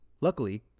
Luckily